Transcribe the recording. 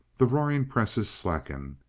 the roaring presses slacken.